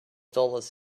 dollars